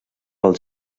pel